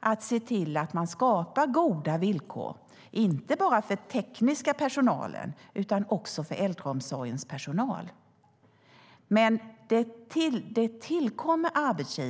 att se till att skapa goda villkor inte bara för den tekniska personalen utan också för äldreomsorgens personal.